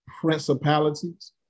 principalities